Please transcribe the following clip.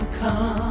come